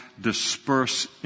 disperse